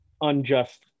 unjust